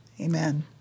Amen